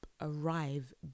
arrive